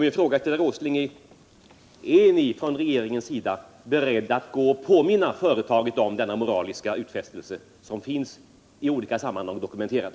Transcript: Min fråga till herr Åsling är därför: Är ni från regeringens sida beredda att påminna företaget om den moraliska utfästelse som i olika sammanhang finns dokumenterad?